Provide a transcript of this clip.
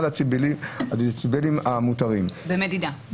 את הדציבלים המותרים --- במדידה.